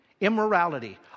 immorality